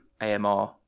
AMR